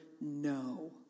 no